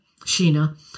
Sheena